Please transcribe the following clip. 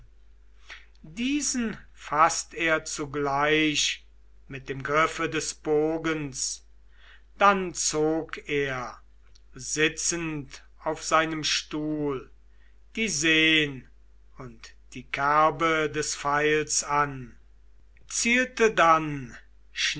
diesen faßt er zugleich mit dem griffe des bogens dann zog er sitzend auf seinem stuhle die senn und die kerbe des pfeils an zielte dann